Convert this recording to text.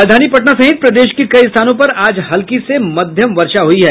राजधानी पटना सहित प्रदेश के कई स्थानों पर आज हल्की से मध्यम वर्षा हुई है